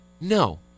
No